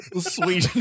Sweet